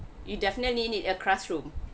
you definitely need a classroom